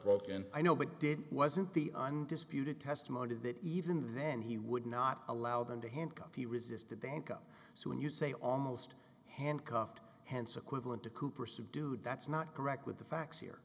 broken i know but didn't wasn't the undisputed testimony that even then he would not allow them to handcuff he resisted back up so when you say almost handcuffed hence equivalent to cooper subdued that's not correct with the facts here